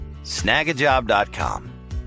snagajob.com